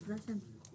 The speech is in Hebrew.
אם יש שאלות ספציפיות,